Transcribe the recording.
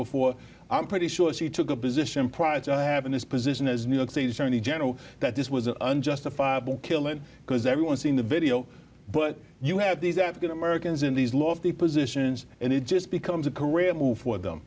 before i'm pretty sure she took a position prior to having this position as new york city attorney general that this was an unjustified killing because everyone seen the video but you have these african americans in these lofty positions and it just becomes a career move for them